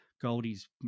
Goldie's